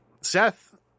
Seth